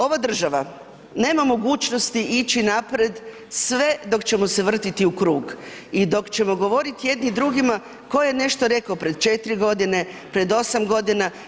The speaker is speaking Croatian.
Ova država nema mogućnosti ići naprijed sve dok ćemo se vrtiti u krug i dok ćemo govoriti jedni drugima ko je nešto rekao pred četiri godine, pred osam godina.